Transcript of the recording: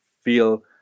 feel